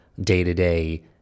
day-to-day